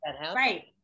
right